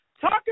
Talk